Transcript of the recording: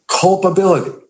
culpability